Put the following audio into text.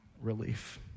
relief